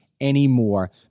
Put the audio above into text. anymore